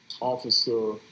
Officer